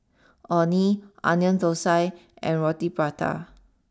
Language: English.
Orh Nee Onion Thosai and Roti Prata